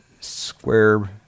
Square